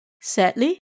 Sadly